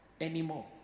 anymore